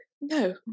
no